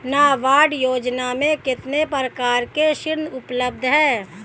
नाबार्ड योजना में कितने प्रकार के ऋण उपलब्ध हैं?